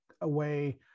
away